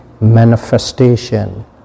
manifestation